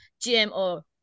GMO